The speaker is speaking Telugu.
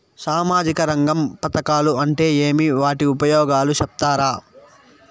సామాజిక రంగ పథకాలు అంటే ఏమి? వాటి ఉపయోగాలు సెప్తారా?